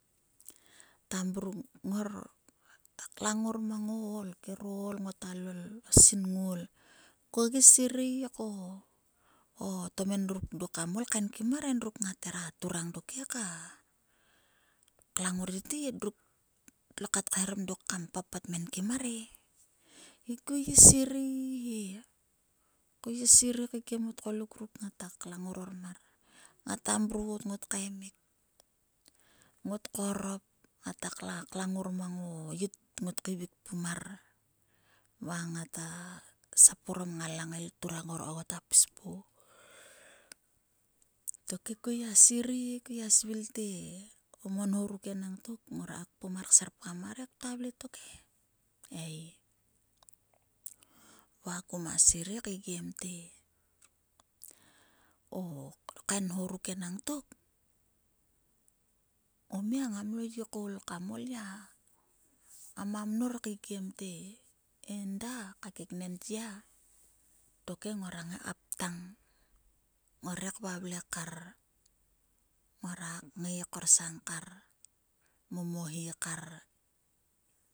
Ta mrung or ta klang ngor orom o oll ngota lol o sinngol ko gi sirei ko o tomen ruk dok kam oi kaen kim mar ngat hera turang dok he ka klang ngor tete endruk tlo kat kaeharom dok kamkta papat kmenkim mar e. He ku ngai gia sirei he. Ko ngai gia sirei keikiem o tgoluk ruk ngata klang ngor ormar. Ngata mrot ngot kaemik, ngot korop, ngata klang ngor mang o yit, ngot kverkpum mar. Va ngata sap orom nga langael kturang ngor ko ngota pismo. Tokhe ku ngai gia sirei kua gia svil te o monho ruk enangtok ngorak kpom mar serpgam mar he ngorak ka vle tok he ei. Va kuma sirei keikiem te o kain nho ruk enangtok. O mia ngam lo gia koul kam ol gia. Ngama mnor kaekiem te enda ka keknen min tya tokhe ngora ngai ka ptang. Ngorek vavle kar, ngorak ngai korsang kar, momohi kar.